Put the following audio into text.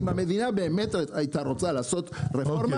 אם המדינה באמת הייתה רוצה לעשות רפורמה